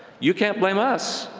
you can't blame us!